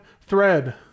thread